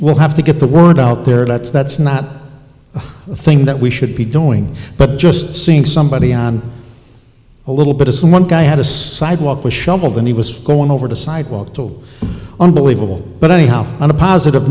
we'll have to get the word out there that's that's not the thing that we should be doing but just seeing somebody on a little bit is someone guy had a sidewalk with shovels and he was going over the sidewalk to unbelievable but anyhow on a positive